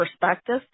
perspective